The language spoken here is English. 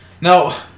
Now